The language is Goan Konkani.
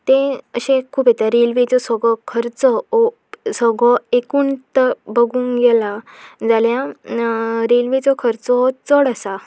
तें अशें खूब येता रेल्वेचो सगळ खर्च हो सगळो एकूणच बगूंक गेला जाल्या रेल्वेचो खर्चो हो चड आसा